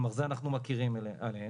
כלומר זה אנחנו מכירים עליהן,